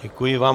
Děkuji vám.